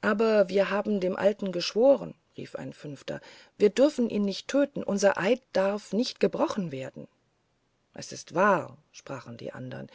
aber wir haben dem alten geschworen rief ein fünfter wir dürfen ihn nicht töten unser eid darf nicht gebrochen werden es ist wahr sprachen die andern